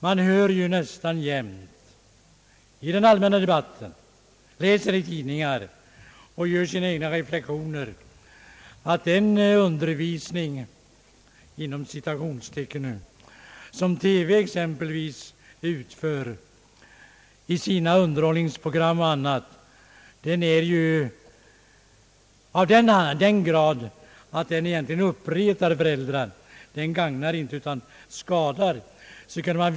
Man hör nästan jämt i den allmänna debatten och läser i tidningarna — och gör därunder sina egna reflexioner — att den »undervisning» som exempelvis TV förmedlar i sina underhållningsprogram m.m, är av sådan art att den egentligen uppretar föräldrarna. Den är inte till gagn utan till skada, anser man.